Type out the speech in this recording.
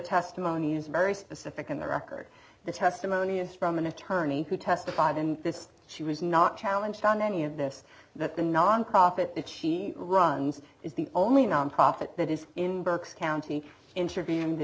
testimony is very specific in the record the testimony is from an attorney who testified in this she was not challenge on any of this and that the nonprofit that she runs is the only nonprofit that is in berks county interviewing the